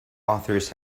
authors